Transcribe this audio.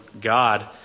God